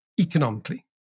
economically